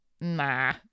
nah